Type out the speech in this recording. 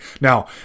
Now